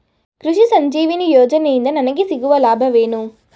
ಕೃಷಿ ಸಂಜೀವಿನಿ ಯೋಜನೆಯಿಂದ ನನಗೆ ಸಿಗುವ ಲಾಭವೇನು?